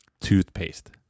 toothpaste